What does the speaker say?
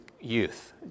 youth